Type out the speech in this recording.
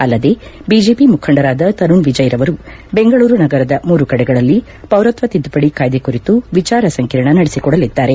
ಅಲ್ಲದೇ ಬಿಜೆಪಿ ಮುಖಂಡರಾದ ತರುಣ್ ವಿಜಯ್ ರವರು ಬೆಂಗಳೂರು ನಗರದ ಮೂರು ಕಡೆಗಳಲ್ಲಿ ಪೌರತ್ಸ ತಿದ್ಗುಪದಿ ಕಾಯ್ಗೆ ಕುರಿತು ವಿಚಾರ ಸಂಕಿರಣ ನಡೆಸಿಕೊಡಲಿದ್ದಾರೆ